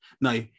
Now